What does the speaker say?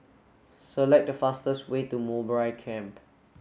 select the fastest way to Mowbray Camp